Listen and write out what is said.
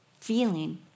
feeling